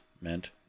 meant